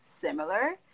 similar